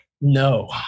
No